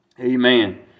Amen